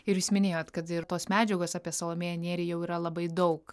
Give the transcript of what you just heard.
ir jūs minėjot kad ir tos medžiagos apie salomėją nėrį jau yra labai daug